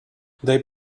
they